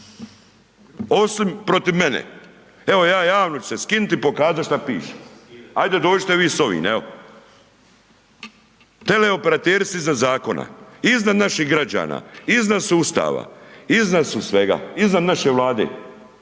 osim protiv mene. Evo, ja javno ću se skinut i pokazat šta piše, ajde dođite vi s ovim. Teleoperateri su iznad zakona. Iznad naših građana, izdan sustava, iznad su svega, iznad naše Vlade.